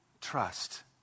trust